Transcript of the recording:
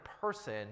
person